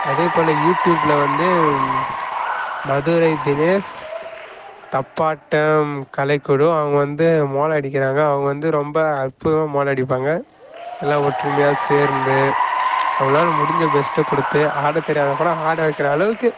அதே போல யூடியூபில் வந்து மதுரை தினேஷ் தப்பாட்டம் கலைக்குழு அவங்க வந்து மேளம் அடிக்கிறாங்க அவங்க வந்து ரொம்ப அற்புதமாக மேளம் அடிப்பாங்க எல்லாம் ஒற்றுமையாக சேர்ந்து அவங்களால முடிஞ்ச பெஸ்ட்டை கொடுத்து ஆடத் தெரியாதவங்க கூட ஆட வைக்கிற அளவுக்கு